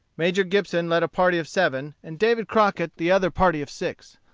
major gibson led a party of seven, and david crockett the other party of six.